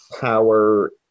power